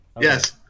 yes